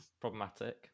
problematic